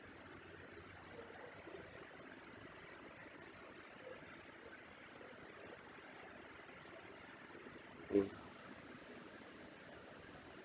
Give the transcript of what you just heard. mm